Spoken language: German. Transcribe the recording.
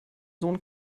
sohn